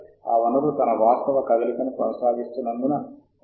వీటిలో చాలా ముఖ్యమైన వాటిని కొన్నింటిని మాత్రమే ఎంచుకోవాలి